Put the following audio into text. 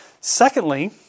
Secondly